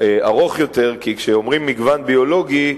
ארוך יותר, כי כשאומרים מגוון ביולוגי,